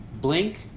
blink